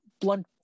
blunt